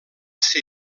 ser